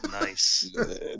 Nice